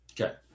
Okay